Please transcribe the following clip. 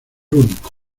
único